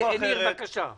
ניר, בבקשה.